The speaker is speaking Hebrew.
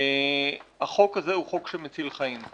החוק הזה הוא חוק שמציל חיים.